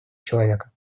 человека